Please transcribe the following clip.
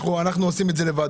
אנחנו עושים את זה לבד.